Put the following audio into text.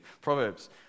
Proverbs